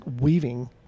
weaving